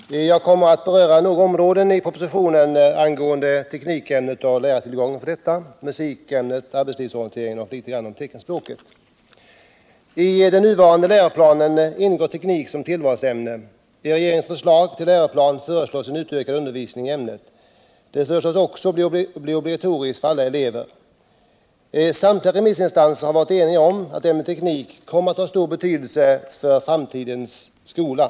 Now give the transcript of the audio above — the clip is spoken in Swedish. Herr talman! Jag kommer att beröra några avsnitt i propositionen — det gäller tekniken, lärartillgången därvidlag, musiken och arbetslivsorienteringen — samt säga några ord om teckenspråket. I den nuvarande läroplanen ingår teknik som tillvalsämne. I regeringens förslag till läroplan föreslås en utökad undervisning i ämnet. Det föreslås också bli obligatoriskt för alla elever. Samtliga remissinstanser har varit eniga om att ämnet teknik kommer att ha stor betydelse i framtidens skola.